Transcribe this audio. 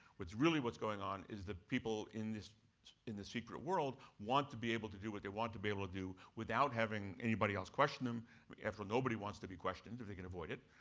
what's really what's going on is the people in this in this secret world want to be able to do what they want to be able to do without having anybody else question them actually nobody wants to be questioned if they can avoid it,